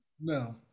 No